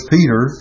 Peter